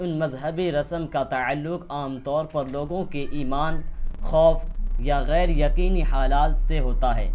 ان مذہبی رسم کا تعلق عام طور پر لوگوں کے ایمان خوف یا غیر یقینی حالات سے ہوتا ہے